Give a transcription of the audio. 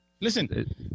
Listen